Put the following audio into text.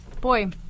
boy